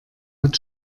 hat